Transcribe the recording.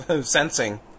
sensing